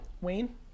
Wayne